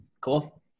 Cool